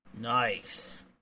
Nice